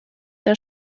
der